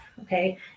Okay